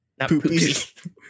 poopies